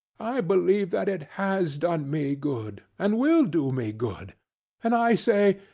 i believe that it has done me good, and will do me good and i say,